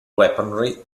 weaponry